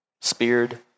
speared